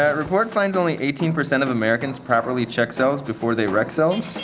report finds only eighteen percent of americans properly check selves before they wreck selves